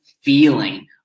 feeling